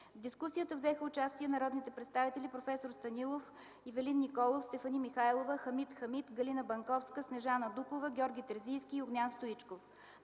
дискусията взеха участие народните представители проф. Станислав Станилов, Ивелин Николов, Стефани Михайлова, Хамид Хамид, Галина Банковска, Снежана Дукова, Георги Терзийски и Огнян Стоичков.